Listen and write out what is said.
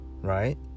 right